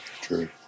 True